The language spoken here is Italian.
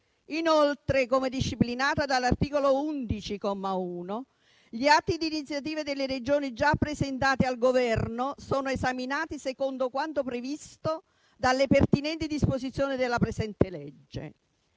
Inoltre, come disciplinato dall'articolo 11, comma 1, gli atti di iniziativa delle Regioni già presentati al Governo sono esaminati secondo quanto previsto dalle pertinenti disposizioni della presente legge.